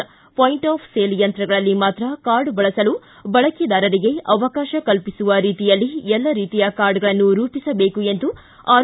point of sale ಯಂತ್ರಗಳಲ್ಲಿ ಮಾತ್ರ card ಬಳಸಲು ಬಳಕೆದಾರರಿಗೆ ಅವಕಾಶ ಕಲ್ಪಿಸುವ ರೀತಿಯಲ್ಲಿ ಎಲ್ಲ ರೀತಿಯ ಕಾರ್ಡ್ಗಳನ್ನು ರೂಪಿಸಬೇಕು ಎಂದು ಆರ್